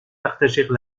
partagèrent